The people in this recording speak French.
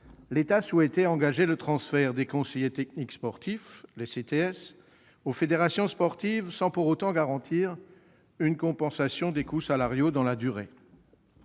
l'État souhaitait engager le transfert des conseillers techniques sportifs, les CTS, aux fédérations sportives, sans pour autant garantir une compensation des coûts salariaux dans la durée.